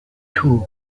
two